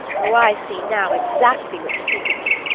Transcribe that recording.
oh, i see now exactly what you think of me!